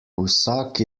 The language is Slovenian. vsak